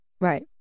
Right